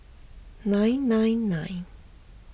nine nine nine